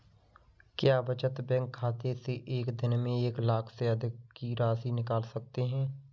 क्या बचत बैंक खाते से एक दिन में एक लाख से अधिक की राशि निकाल सकते हैं?